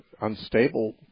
unstable